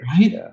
Right